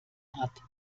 hat